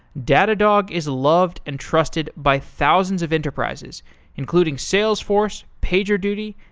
datadog is loved and trusted by thousands of enterprises including salesforce, pagerduty,